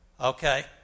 Okay